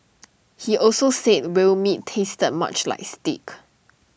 he also said whale meat tasted much like steak